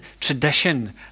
tradition